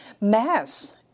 mass